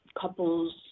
couples